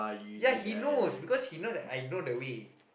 ya he knows because he know that I know the way